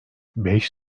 beş